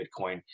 Bitcoin